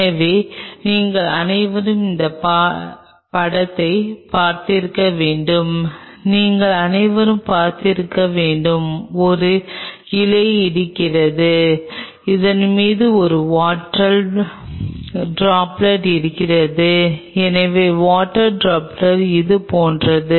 எனவே நீங்கள் அனைவரும் இந்த படத்தைப் பார்த்திருக்க வேண்டும் நீங்கள் அனைவரும் பார்த்திருக்க வேண்டும் ஒரு இலை இருக்கிறது அதன் மீது ஒரு வாட்டர் ட்ராப்லெட் இருக்கிறது எனவே வாட்டர் ட்ராப்லெட் இது போன்றது